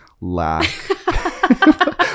lack